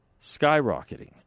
skyrocketing